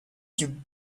you